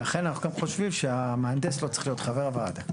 ולכן אנחנו גם חושבים שהמהנדס לא צריך להיות חבר הוועדה.